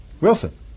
Wilson